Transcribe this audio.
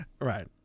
right